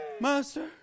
Master